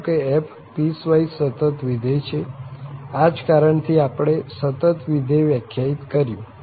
ધારો કે f piecewise સતત વિધેય છે આ જ કારણ થી આપણે સતત વિધેય વ્યાખ્યાયિત કર્યું